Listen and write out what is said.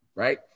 right